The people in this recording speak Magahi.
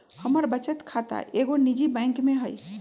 हमर बचत खता एगो निजी बैंक में हइ